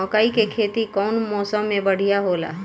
मकई के खेती कउन मौसम में बढ़िया होला?